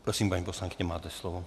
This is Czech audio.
Prosím, paní poslankyně, máte slovo.